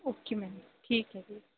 okay ma'am ਠੀਕ ਹੈ ਜੀ